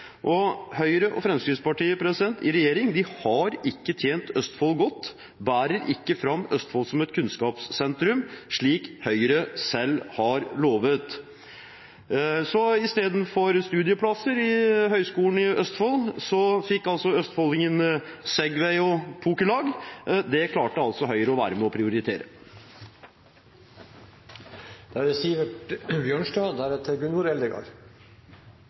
Og Høyre og Fremskrittspartiet i regjering har ikke tjent Østfold godt, de bærer ikke fram Østfold som et kunnskapssentrum, slik Høyre selv har lovet. Istedenfor studieplasser ved Høgskolen i Østfold fikk altså østfoldingene segway og pokerlag – det klarte altså Høyre å være med å prioritere. Det er et godt kunnskapsbudsjett som vil bli vedtatt her i dag. Noe av det